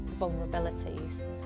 vulnerabilities